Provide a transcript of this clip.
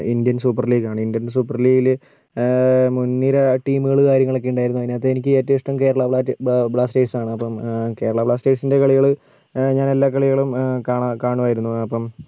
Indian super ലീഗാണ് Indian super ലീഗിൽ മുൻനിര ടീമുകൾ കാര്യങ്ങളൊക്കെ ഉണ്ടായിരുന്നു അതിനകത്തെ എനിക്കേറ്റവും ഇഷ്ട്ടം കേരളം ബ്ലാറ്റ ബ്ലാ ബ്ലാസ്റ്റേഴ്സ് ആണ് അപ്പം കേരള ബ്ലാസ്റ്റേഴ്സിൻ്റെ കളികൾ ഞാനെല്ലാ കളികളും കാണാൻ കാണുമായിരുന്നു അപ്പം